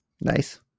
Nice